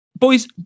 Boys